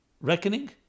reckoning